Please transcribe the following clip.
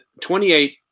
28